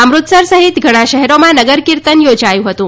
અમૃતસર સહિત ઘણા શહેરોમાં નગરકીર્તન યોજાયું હતું